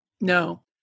no